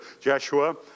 Joshua